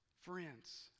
Friends